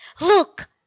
look